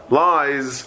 lies